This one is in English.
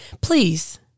Please